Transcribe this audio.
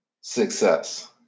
success